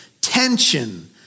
tension